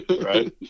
Right